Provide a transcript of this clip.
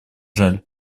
жаль